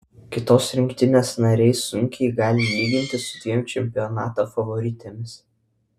kitos rinktinės nariai sunkiai gali lygintis su dviem čempionato favoritėmis